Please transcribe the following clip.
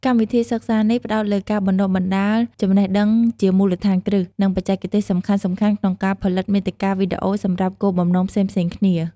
កម្មវិធីសិក្សានេះផ្ដោតលើការបណ្ដុះបណ្ដាលចំណេះដឹងជាមូលដ្ឋានគ្រឹះ និងបច្ចេកទេសសំខាន់ៗក្នុងការផលិតមាតិកាវីដេអូសម្រាប់គោលបំណងផ្សេងៗគ្នា។